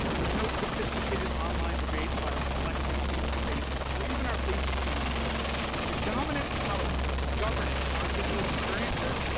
there's no sophisticated online debate about our collective human state or even our basic human needs. the dominant powers governing our digital experiences,